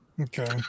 Okay